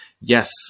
yes